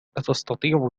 أتستطيع